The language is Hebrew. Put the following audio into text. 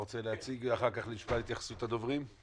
אחר כך נשמע את התייחסות הדוברים.